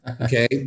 Okay